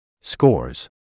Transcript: Scores